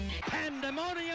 Pandemonium